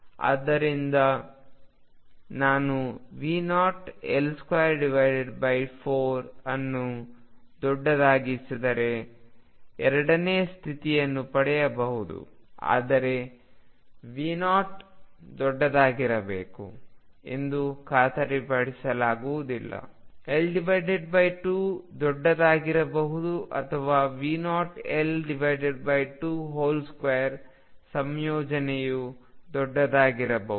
ಆದ್ದರಿಂದ ನಾನು V0L24 ಅನ್ನು ದೊಡ್ಡದಾಗಿಸಿದರೆ ನಾನು ಎರಡನೇ ಸ್ಥಿತಿಯನ್ನು ಪಡೆಯಬಹುದು ಆದರೆ V0 ದೊಡ್ಡದಾಗಿರಬೇಕು ಎಂದು ಖಾತರಿಪಡಿಸಲಾಗುವುದಿಲ್ಲ L2 ದೊಡ್ಡದಾಗಿರಬಹುದು ಅಥವಾ V0L22 ಸಂಯೋಜನೆಯು ದೊಡ್ಡದಾಗಿರಬೇಕು